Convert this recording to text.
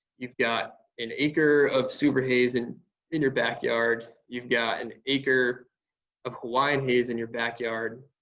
you've got an acre of suver haze and in your backyard. you've got an acre of hawaiian haze in your backyard.